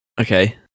Okay